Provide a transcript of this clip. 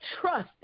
trust